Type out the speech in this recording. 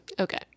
okay